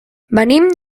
venim